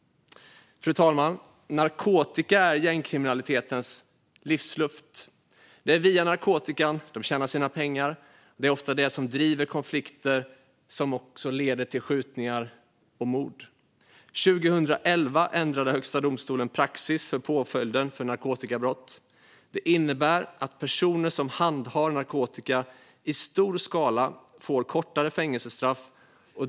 Narkotika är gängkriminalitetens livsluft. Det är via narkotikan de tjänar sina pengar, och det är ofta det som driver konflikter som leder till skjutningar och mord. År 2011 ändrade Högsta domstolen praxis för påföljden för narkotikabrott. Det innebär att personer som handhar narkotika i stor skala får kortare fängelsestraff.